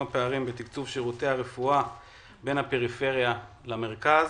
הפערים בתקצוב שירותי הרפואה בין הפריפריה למרכז.